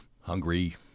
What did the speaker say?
hungry